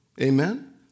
Amen